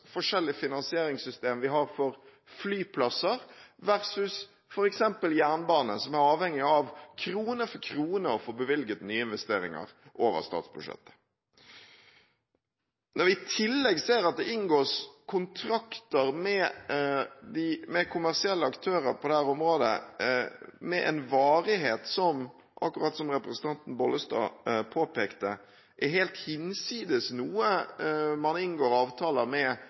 finansieringssystem vi har for flyplasser versus f.eks. jernbane, som er avhengig av å få bevilget krone for krone til nyinvesteringer over statsbudsjettet. Når vi i tillegg ser at det inngås kontrakter med kommersielle aktører på dette området med en varighet som, slik representanten Bollestad påpekte, er helt hinsides andre avtaler man inngår med